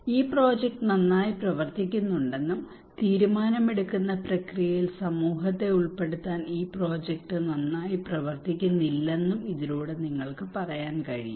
ഈ പ്രോജക്റ്റ് നന്നായി പ്രവർത്തിക്കുന്നുണ്ടെന്നും തീരുമാനമെടുക്കുന്ന പ്രക്രിയയിൽ സമൂഹത്തെ ഉൾപ്പെടുത്താൻ ഈ പ്രോജക്റ്റ് നന്നായി പ്രവർത്തിക്കുന്നില്ലെന്നും ഇതിലൂടെ നിങ്ങൾക്ക് പറയാൻ കഴിയും